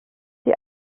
die